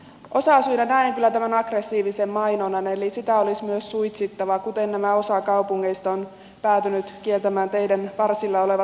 osasyynä näen kyllä tämän aggressiivisen mainonnan eli sitä olisi myös suitsittava kuten osa kaupungeista on päätynyt kieltämään teiden varsilla olevat mainostaulut